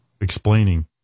explaining